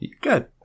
Good